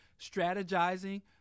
strategizing